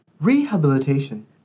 Rehabilitation